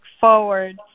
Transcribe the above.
forward